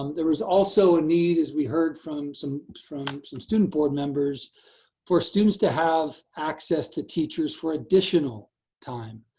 um there was also a need, as we heard from some from some student board members for students to have access to teachers for additional time.